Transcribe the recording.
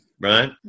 right